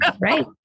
Right